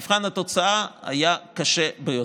מבחן התוצאה היה קשה מאוד.